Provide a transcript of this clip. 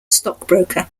stockbroker